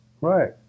Right